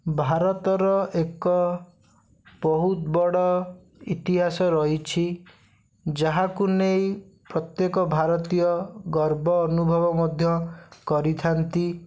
ଭାରତର ଏକ ବହୁତ ବଡ଼ ଇତିହାସ ରହିଛି ଯାହାକୁ ନେଇ ପ୍ରତ୍ୟେକ ଭାରତୀୟ ଗର୍ବ ଅନୁଭବ ମଧ୍ୟ କରିଥାନ୍ତି